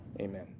Amen